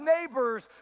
neighbors